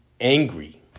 angry